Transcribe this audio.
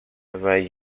away